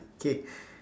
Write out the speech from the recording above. okay